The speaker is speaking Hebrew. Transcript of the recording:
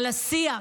על השיח,